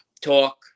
talk